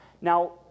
Now